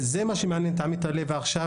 זה מה שמעניין את עמית הלוי עכשיו,